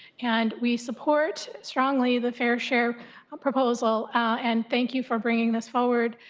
and we support strongly the fair share proposal, and thank you for bringing this forward,